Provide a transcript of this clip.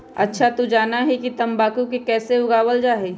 अच्छा तू जाना हीं कि तंबाकू के कैसे उगावल जा हई?